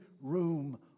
room